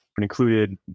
included